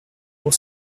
pour